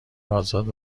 آزاد